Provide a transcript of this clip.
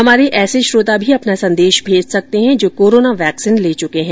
हमारे ऐसे श्रोता भी अपना संदेश भेज सकते हैं जो कोरोना वैक्सीन ले चुके हैं